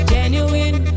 Genuine